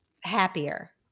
happier